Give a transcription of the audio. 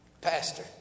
Pastor